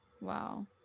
wow